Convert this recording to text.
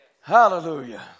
Hallelujah